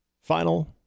final